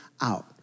out